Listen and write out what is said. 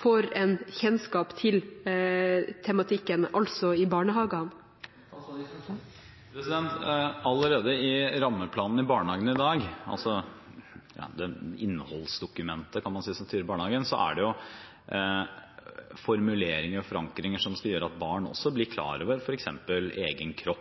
får en kjennskap til tematikken, altså i barnehagene? Allerede i rammeplanen i barnehagene i dag, innholdsdokumentet som styrer barnehagen, kan man si, er det formuleringer og forankringer som skal gjøre at barn blir klar over f.eks. egen kropp,